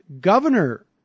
governor